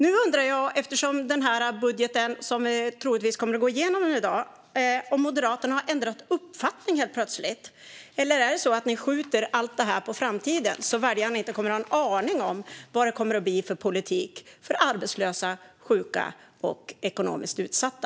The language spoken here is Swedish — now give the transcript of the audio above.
Nu undrar jag om Moderaterna, med den budget som troligtvis kommer att gå igenom i dag, helt plötsligt har ändrat uppfattning. Eller är det så att allt skjuts på framtiden så att väljarna inte kommer att ha en aning om vad det blir för politik för arbetslösa, sjuka och ekonomiskt utsatta?